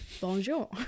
Bonjour